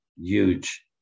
huge